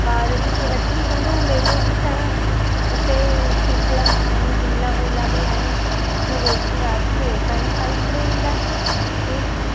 ॿारनि खे वठी हलो मेलो ॾिसण हुते चिकला आहिनि झूला बूला बि आहिनि पोइ रोटी राति जो हुतां ई खाई करे ईंदासीं ॿियो छा